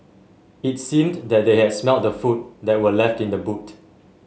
it seemed that they had smelt the food that were left in the boot